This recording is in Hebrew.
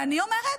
ואני אומרת,